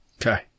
Okay